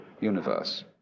universe